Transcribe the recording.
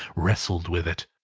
wrestled with it.